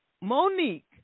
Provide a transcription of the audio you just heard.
Monique